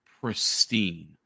pristine